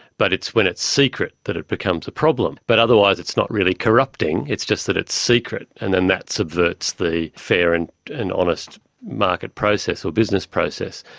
but it's when it's secret that it becomes a problem, but otherwise it's not really corrupting, it's just that it's secret, and then that subverts the fair and and honest market process or business process.